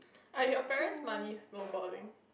are your parents' money snowballing